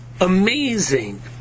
amazing